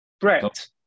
Brett